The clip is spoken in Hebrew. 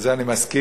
לזה אני מסכים,